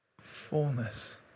fullness